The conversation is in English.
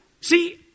see